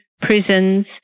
prisons